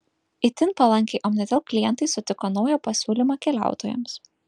itin palankiai omnitel klientai sutiko naują pasiūlymą keliautojams